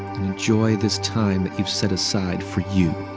and enjoy this time you've set aside for you.